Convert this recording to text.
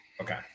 okay